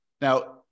Now